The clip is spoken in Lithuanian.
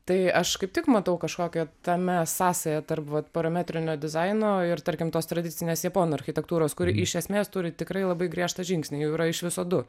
tai aš kaip tik matau kažkokią tame sąsają tarp vat parametrinio dizaino ir tarkim tos tradicinės japonų architektūros kuri iš esmės turi tikrai labai griežtą žingsnį jų yra iš viso du